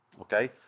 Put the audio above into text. Okay